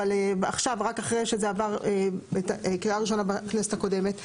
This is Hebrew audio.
אבל עכשיו רק אחרי שזה עבר קריאה ראשונה בכנסת הקודמת.